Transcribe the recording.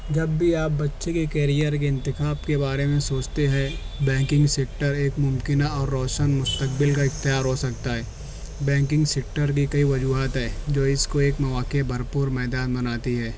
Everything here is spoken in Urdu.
جب بھی آپ بچے کے کیرئر کے انتخاب کے بارے میں سوچتے ہیں بینکنگ سیکٹر ایک ممکنہ اور روشن مستقبل کا اختیار ہو سکتا ہے بیکنگ سیکٹر کے کئی وجوہات ہے جو اس کو ایک مواقع بھرپور میدان بناتی ہے